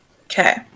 Okay